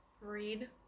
Read